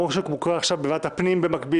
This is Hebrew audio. לא כמו מה שקורה בוועדת הפנים במקביל